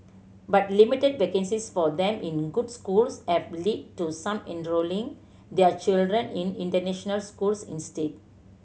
but limited vacancies for them in good schools have lead to some enrolling their children in international schools instead